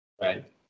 Right